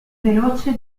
veloce